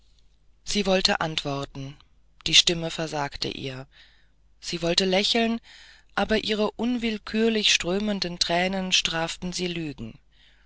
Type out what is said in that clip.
sie wollte antworten die stimme versagte ihr sie wollte lächeln aber ihre unwillkürlich strömenden tränen straften sie lügen